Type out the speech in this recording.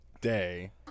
day